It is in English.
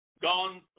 gone